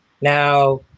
Now